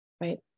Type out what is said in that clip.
right